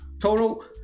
total